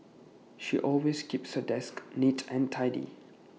she always keeps her desk neat and tidy